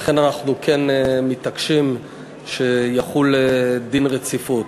לכן אנחנו מתעקשים שיחול דין רציפות.